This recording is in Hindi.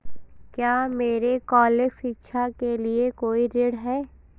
क्या मेरे कॉलेज शिक्षा के लिए कोई ऋण है?